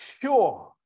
sure